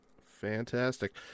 Fantastic